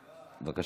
בבקשה.